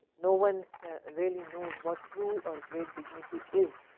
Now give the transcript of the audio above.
no one really knows what true or great dignity is,